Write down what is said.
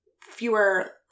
fewer